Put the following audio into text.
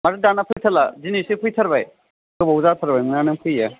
माथो दाना फैथारला दिनैसो फैथारबाय गोबाव जाथारबायमोन नों फैयिया